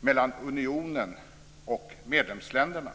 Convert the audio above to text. mellan unionen och medlemsländerna.